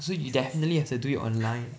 so you definitely have to do it online